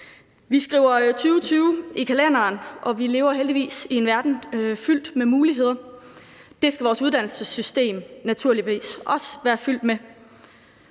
Vi skriver 2020 i kalenderen, og vi lever heldigvis i en verden fyldt med muligheder. Det skal vores uddannelsessystem naturligvis også være fyldt med.